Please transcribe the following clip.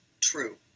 true